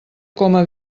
coma